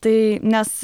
tai nes